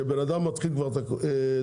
שאדם מתחיל כבר את הקורס.